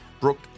Brooke